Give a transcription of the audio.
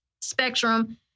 spectrum